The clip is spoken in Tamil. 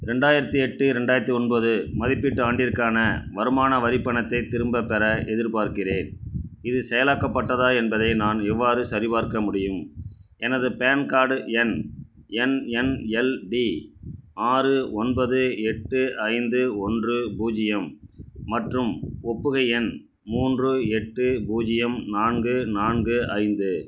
ரெண்டாயிரத்தி எட்டு ரெண்டாயிரத்தி ஒன்பது மதிப்பீட்டு ஆண்டிற்கான வருமான வரிப் பணத்தைத் திரும்பப்பெற எதிர்பார்க்கிறேன் இது செயலாக்கப்பட்டதா என்பதை நான் எவ்வாறு சரிபார்க்க முடியும் எனது பான் கார்டு எண் என் என் எல் டி ஆறு ஒன்பது எட்டு ஐந்து ஒன்று பூஜ்ஜியம் மற்றும் ஒப்புகை எண் மூன்று எட்டு பூஜ்ஜியம் நான்கு நான்கு ஐந்து